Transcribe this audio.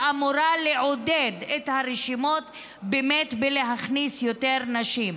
שאמורה לעודד את הרשימות באמת להכניס יותר נשים.